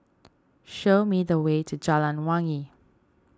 show me the way to Jalan Wangi